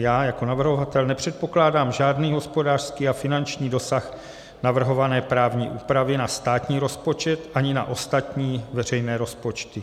Já jako navrhovatel nepředpokládám žádný hospodářský a finanční dosah navrhované právní úpravy na státní rozpočet ani na ostatní veřejné rozpočty.